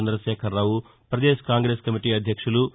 Chandrashekar Rao Pradesh Congress party అధ్యక్షులు ఎన్